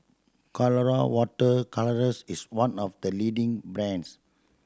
Colora Water Colours is one of the leading brands